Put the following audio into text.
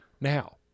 now